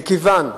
מכיוון שירושלים,